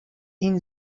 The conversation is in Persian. این